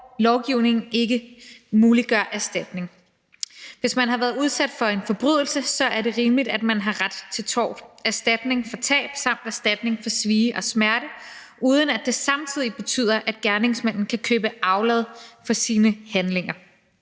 hvor lovgivningen ikke muliggør erstatning. Hvis man har været udsat for en forbrydelse, er det rimeligt, at man har ret til torterstatning, erstatning for tab samt erstatning for svie og smerte, uden at det samtidig betyder, at gerningsmanden kan købe sig aflad for sine handlinger.